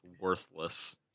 worthless